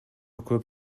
көп